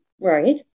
right